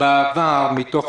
בעבר, מתוך